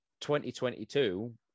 2022